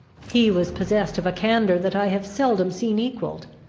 he was possessed of a candour that i have seldom seen equalled.